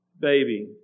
baby